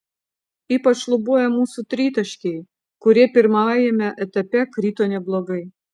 ypač šlubuoja mūsų tritaškiai kurie pirmajame etape krito neblogai